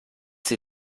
sie